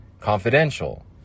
confidential